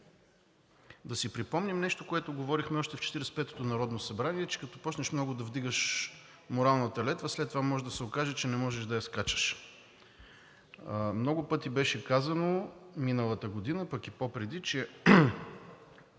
Да си припомним нещо, което говорихме още в Четиридесет и петото народно събрание – че като започнеш много да вдигаш моралната летва, след това може да се окаже, че не можеш да я скачаш. Много пъти беше казано миналата година, пък и по-преди, че